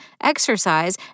exercise